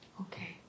Okay